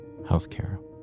healthcare